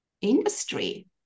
industry